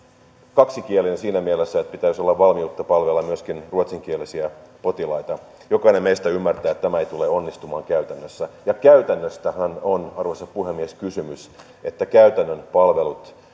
kaksikielinen siinä mielessä että pitäisi olla valmiutta palvella myöskin ruotsinkielisiä potilaita jokainen meistä ymmärtää että tämä ei tule onnistumaan käytännössä ja käytännöstähän on arvoisa puhemies kysymys siinä että käytännön palvelut